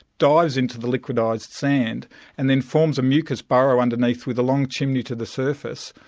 dives into the liquidised sand and then forms a mucus burrow underneath with a long chimney to the surface,